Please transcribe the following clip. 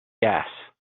gas